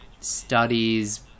studies